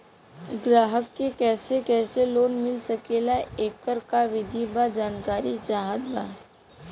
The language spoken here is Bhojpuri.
ग्राहक के कैसे कैसे लोन मिल सकेला येकर का विधि बा जानकारी चाहत बा?